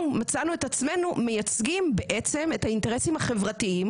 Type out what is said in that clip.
מצאנו את עצמנו מייצגים את האינטרסים החברתיים